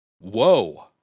Whoa